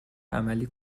عملی